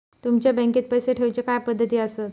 तुमच्या बँकेत पैसे ठेऊचे काय पद्धती आसत?